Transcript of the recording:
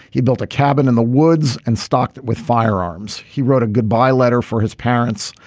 he built a cabin in the woods and stocked with firearms. he wrote a goodbye letter for his parents.